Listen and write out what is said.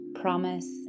promise